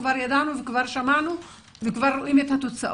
כי כבר ידענו וכבר שמענו וכבר רואים את התוצאות.